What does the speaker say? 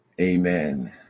Amen